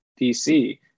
DC